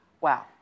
Wow